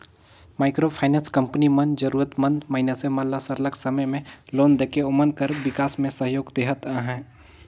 micro finance company मन जरूरत मंद मइनसे मन ल सरलग समे में लोन देके ओमन कर बिकास में सहयोग देहत अहे